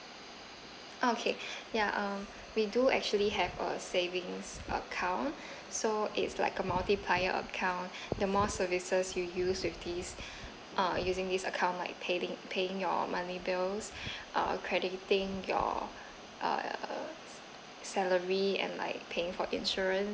okay ya uh we do actually have a savings account so it's like a multiplier account the more services you use with this uh using this account like paying paying your money bills uh crediting your uh salary and like paying for insurance